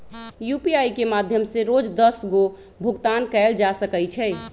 UPI के माध्यम से रोज दस गो भुगतान कयल जा सकइ छइ